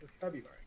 February